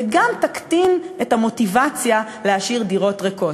וגם תקטין את המוטיבציה להשאיר דירות ריקות.